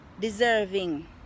deserving